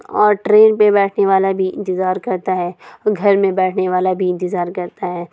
اور ٹرین پہ بیٹھنے والا بھی انتظار کرتا ہے اور گھر میں بیٹھنے والا بھی انتظار کرتا ہے